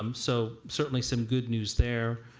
um so certainly some good news there,